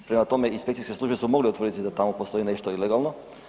Prema tome, inspekcijske službe su mogle utvrditi da tamo postoji nešto ilegalno.